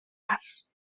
parts